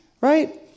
Right